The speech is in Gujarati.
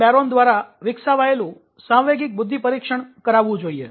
બેરોન દ્વારા વિકસાવાયેલું સાંવેગિક બુદ્ધિ પરીક્ષણ કરાવવું જઈએ